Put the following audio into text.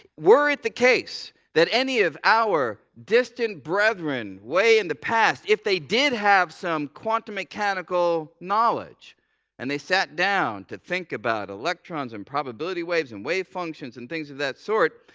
were it the case that any of our distant brethren way in the past, if they did have some quantum mechanical knowledge and they sat down to think about electrons and probability waves and wave functions and things of that sort,